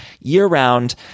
year-round